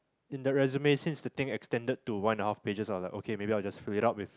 in the resume since the thing extended to one and a half pages I was like okay maybe I'll just fill it up with